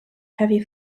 heavy